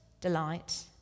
delight